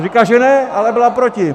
Říká, že ne, ale byla proti!